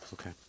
okay